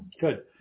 Good